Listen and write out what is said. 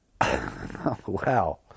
wow